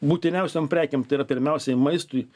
būtiniausiom prekėm tai yra pirmiausiai maistui